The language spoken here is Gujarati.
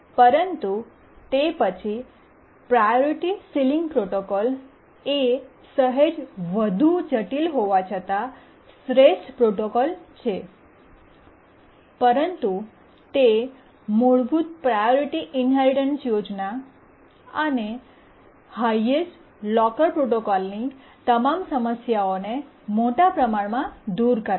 પરંતુ તે પછી પ્રાયોરિટી સીલીંગ પ્રોટોકોલ એ સહેજ વધુ જટિલ હોવા છતાં શ્રેષ્ઠ પ્રોટોકોલ છે પરંતુ તે મૂળભૂત પ્રાયોરિટી ઇન્હેરિટન્સ યોજના અને હાયેસ્ટ લોકર પ્રોટોકોલ ની તમામ સમસ્યાઓ ને મોટા પ્રમાણમાં દૂર કરે છે